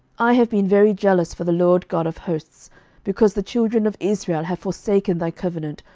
i have been very jealous for the lord god of hosts because the children of israel have forsaken thy covenant,